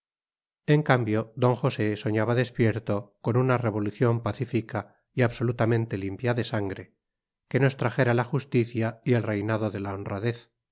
en cambio d josé soñaba despierto con una revolución pacífica y absolutamente limpia de sangre que nos trajera la justicia y el reinado de la honradez